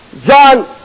John